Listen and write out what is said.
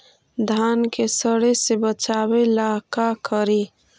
धान के सड़े से बचाबे ला का करि?